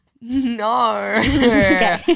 No